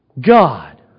God